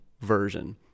version